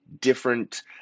different